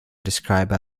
described